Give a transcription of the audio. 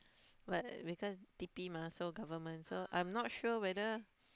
but because T_P mah so government so I'm not sure whether